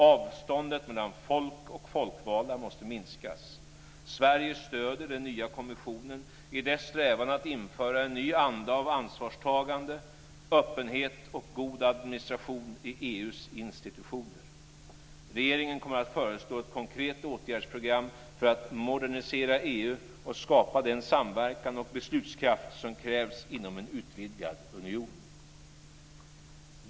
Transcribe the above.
Avståndet mellan folk och folkvalda måste minska. Sverige stöder den nya kommissionen i dess strävan att införa en ny anda av ansvarstagande, öppenhet och god administration i EU:s institutioner. Regeringen kommer att föreslå ett konkret åtgärdsprogram för att modernisera EU och skapa den samverkan och beslutskraft som krävs inom en utvidgad union.